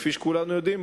כפי שכולנו יודעים,